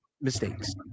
mistakes